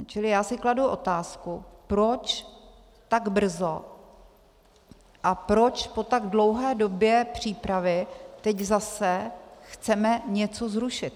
Čili já si kladu otázku, proč tak brzy a proč po tak dlouhé době přípravy teď zase chceme něco zrušit.